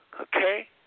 Okay